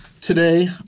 Today